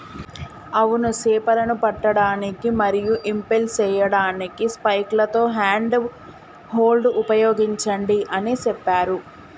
అవును సేపలను పట్టడానికి మరియు ఇంపెల్ సేయడానికి స్పైక్లతో హ్యాండ్ హోల్డ్ ఉపయోగించండి అని సెప్పారు